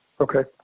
Okay